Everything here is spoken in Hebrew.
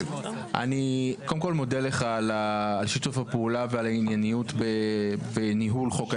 אני קודם כל מודה לך על שיתוף הפעולה ועל הענייניות בניהול חוק ההסדרים,